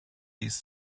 these